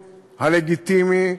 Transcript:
הלגיטימי,